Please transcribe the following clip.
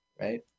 Right